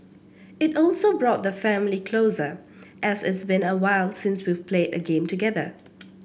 it also brought the family closer as it's been awhile since we've played a game together